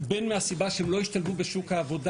בין מהסיבה שהם לא השתלבו בשוק העבודה